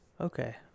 Okay